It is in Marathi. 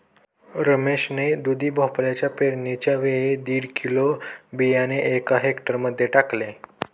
रमेश ने दुधी भोपळ्याच्या पेरणीच्या वेळी दीड किलो बियाणे एका हेक्टर मध्ये टाकले